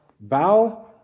bow